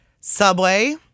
Subway